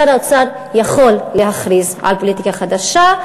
שר האוצר יכול להכריז על פוליטיקה חדשה.